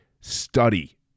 Study